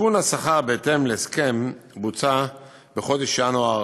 עדכון השכר בהתאם להסכם בוצע בחודש ינואר